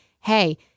hey